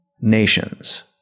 nations